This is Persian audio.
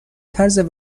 طرز